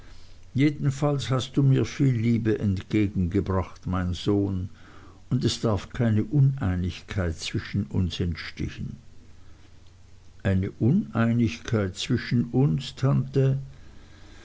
jedenfalls hast du mir viel liebe entgegengebracht mein sohn und es darf keine uneinigkeit zwischen uns entstehen eine uneinigkeit zwischen uns tante